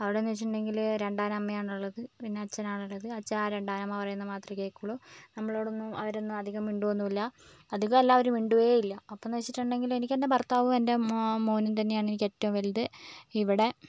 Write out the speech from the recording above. അവിടെയെന്ന് വെച്ചിട്ടുണ്ടെങ്കിൽ രണ്ടാനമ്മയാണ് ഉള്ളത് പിന്നെ അച്ഛനാണുള്ളത് അച്ഛൻ ആ രണ്ടാനമ്മ പറയണത് മാത്രമേ കേൾക്കുകയുള്ളൂ നമ്മളോടൊന്നും അവരൊന്നും അധികം മിണ്ടുകയൊന്നുമില്ല അധികം എന്നല്ല മിണ്ടുകയേ ഇല്ല അപ്പം എന്ന് വെച്ചിട്ടുണ്ടെങ്കിൽ എനിക്ക് എൻ്റെ ഭർത്താവും എൻ്റെ മോനും തന്നെയാണ് എനിക്ക് ഏറ്റവും വലുത് ഇവിടെ